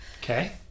Okay